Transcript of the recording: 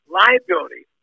liability